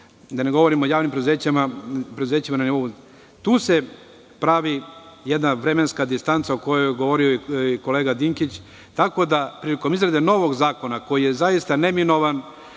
da ne govorim o javnim preduzećima, tu se pravi jedna vremenska distanca o kojoj je govorio i kolega Dinkić. Prilikom izrade novog zakona, koji je zaista neminovan,